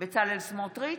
בצלאל סמוטריץ'